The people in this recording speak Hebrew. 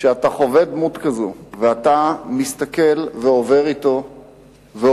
כשאתה עובר אתו את